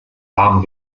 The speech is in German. warmen